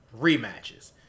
rematches